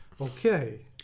Okay